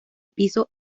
pisos